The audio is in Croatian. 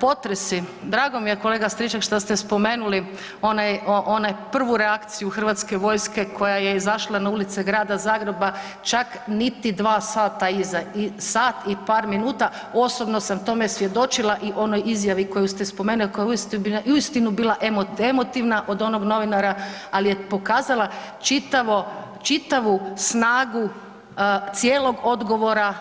Potresi, drago mi je kolega Stričak što ste spomenuli onaj prvu reakciju HV-a koja je izašla na ulice grada Zagreba čak niti 2 sata iza, sat i par minuta, osobno sam tome svjedočila i onoj izjavi koju ste spomenuli, koja je uistinu bila emotivna od onog novinara, ali je pokazala čitavu snagu cijelog odgovora